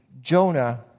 Jonah